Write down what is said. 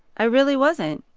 i really wasn't.